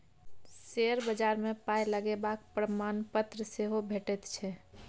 share बजार मे पाय लगेबाक प्रमाणपत्र सेहो भेटैत छै